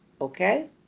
okay